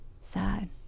sad